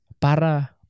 para